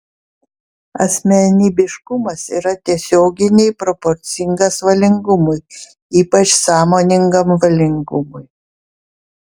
asmenybiškumas yra tiesioginiai proporcingas valingumui ypač sąmoningam valingumui